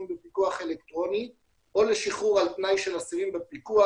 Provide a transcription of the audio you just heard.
בפיקוח אלקטרוני או לשחרור על תנאי של אסירים בפיקוח.